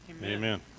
Amen